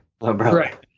Right